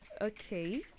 Okay